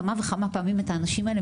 כמה וכמה פעמים את האנשים האלה,